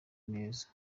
neza